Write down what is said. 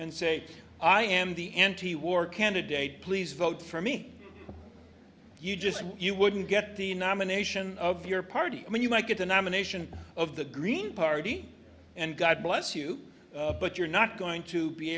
and say i am the antiwar candidate please vote for me you just you wouldn't get the nomination of your party i mean you might get the nomination of the green party and god bless you but you're not going to be